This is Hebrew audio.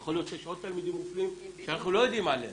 יכול להיות שיש עוד תלמידים מופלים שאנחנו לא יודעים עליהם,